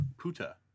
Puta